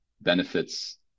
benefits